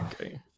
okay